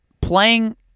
playing